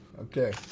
Okay